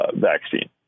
vaccine